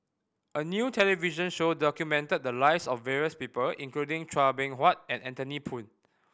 a new television show documented the lives of various people including Chua Beng Huat and Anthony Poon